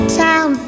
town